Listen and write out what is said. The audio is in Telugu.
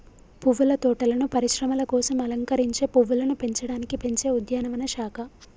పువ్వుల తోటలను పరిశ్రమల కోసం అలంకరించే పువ్వులను పెంచడానికి పెంచే ఉద్యానవన శాఖ